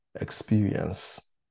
experience